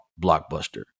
Blockbuster